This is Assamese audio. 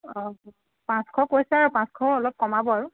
অ পাঁচশ কইছে আৰু পাঁচশ অলপ কমাব আৰু